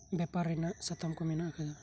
ᱵᱮᱯᱟᱨ ᱨᱮᱱᱟᱜ ᱥᱟᱛᱟᱢ ᱠᱩ ᱢᱮᱱᱟᱜ ᱟᱠᱟᱫᱟ